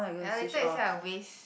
ya later you say I waste